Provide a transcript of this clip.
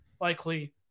likely